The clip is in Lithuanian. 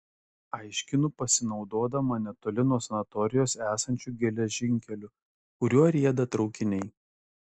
aiškinu pasinaudodama netoli nuo sanatorijos esančiu geležinkeliu kuriuo rieda traukiniai